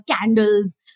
candles